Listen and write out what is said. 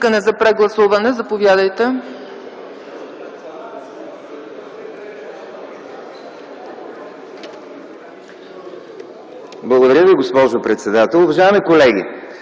Благодаря, госпожо председател.